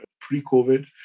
pre-COVID